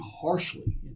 harshly